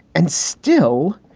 and still,